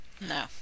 no